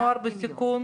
נוער בסיכון?